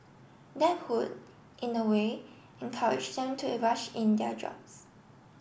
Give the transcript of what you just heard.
that would in a way encourage them to rush in their jobs